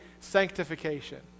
Sanctification